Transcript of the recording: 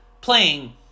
playing